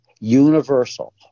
Universal